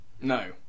No